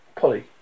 Polly